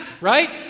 right